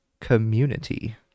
community